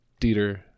Dieter